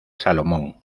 salomón